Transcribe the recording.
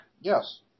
yes